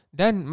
dan